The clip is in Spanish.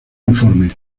uniforme